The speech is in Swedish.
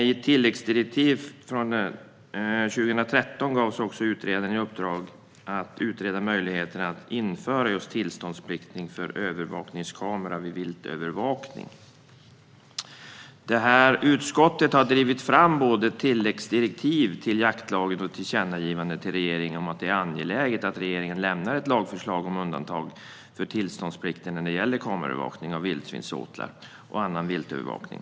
I ett tilläggsdirektiv från 2013 gavs utredaren också i uppdrag att utreda möjligheten att införa just ett undantag från tillståndsplikten för övervakningskameror för viltövervakning. Det här utskottet har drivit fram både tilläggsdirektiv till jaktlagen och tillkännagivande för regeringen om att det är angeläget att regeringen lämnar ett lagförslag om undantag från tillståndsplikten när det gäller kameraövervakning av vildsvinsåtlar och annan viltövervakning.